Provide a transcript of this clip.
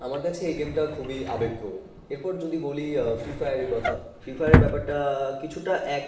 আমার কাছে এই গেমটা খুবই আবেগপ্রবণ এরপর যদি বলি ফ্রি ফায়ারের কথা ফ্রি ফায়ারের ব্যাপারটা কিছুটা এক